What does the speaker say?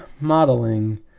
modeling